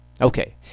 Okay